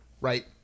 Right